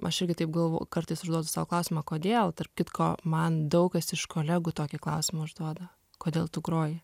aš irgi taip galvoju kartais užduodu sau klausimą kodėl tarp kitko man daug kas iš kolegų tokį klausimą užduoda kodėl tu groji